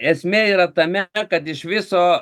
esmė yra tame kad iš viso